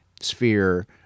sphere